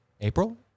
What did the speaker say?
April